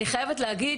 אני חייבת להגיד